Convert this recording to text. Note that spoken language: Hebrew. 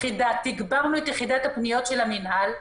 תגברנו את יחידת הפניות של המינהל,